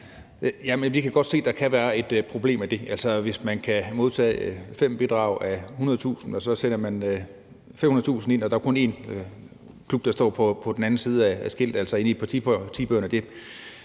vi kan godt se, der kan være et problem i det, altså, hvis man kan modtage 5 bidrag a 100.000 kr., og man så sender 500.000 kr. ind, og der kun er en klub, der står på den anden side af skiltet, altså inde i partibøgerne.